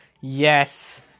yes